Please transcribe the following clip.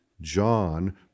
John